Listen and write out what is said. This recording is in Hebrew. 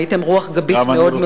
הייתם רוח גבית מאוד מאוד חשובה.